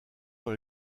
dans